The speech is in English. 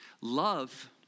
Love